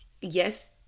yes